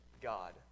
God